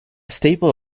staple